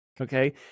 Okay